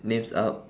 names up